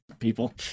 People